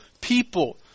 people